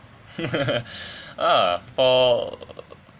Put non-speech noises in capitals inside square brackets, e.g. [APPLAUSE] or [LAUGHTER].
[LAUGHS] ah for